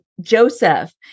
Joseph